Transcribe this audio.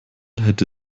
hätte